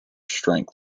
strength